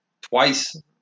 twice